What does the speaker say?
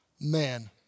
man